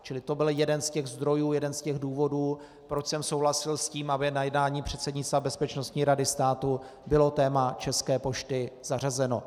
Čili to byl jeden z těch zdrojů, jeden z těch důvodů, proč jsem souhlasil s tím, aby na jednání předsednictva Bezpečnostní rady státu bylo téma České pošty zařazeno.